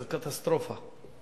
זה קטסטרופה.